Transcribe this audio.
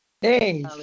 Hey